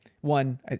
one